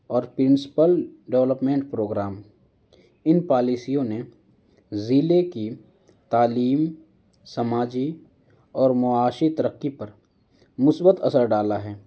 اور principal development programme ان پالیسیوں نے ضلعے کی تعلیم سماجی اور معاشی ترقی پر مثبت اثر ڈالا ہے